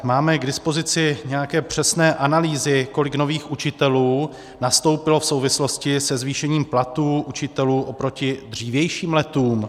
Máme k dispozici nějaké přesné analýzy, kolik nových učitelů nastoupilo v souvislosti se zvýšením platů učitelů oproti dřívějším letům?